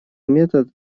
метод